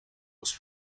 was